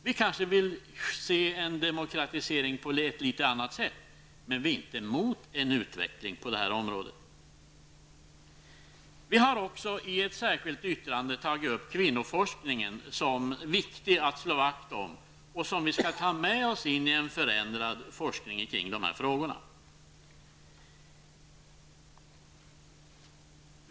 Vi kanske vill se en demokratisering på ett något annorlunda sätt, men vi är inte emot en utveckling på området. Vi har i ett särskilt yttrande också tagit upp frågan om kvinnoforskningen. Den är viktig att slå vakt om, och den måste med i en förändrad forskning kring dessa frågor.